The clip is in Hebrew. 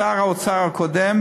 שר האוצר הקודם